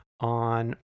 on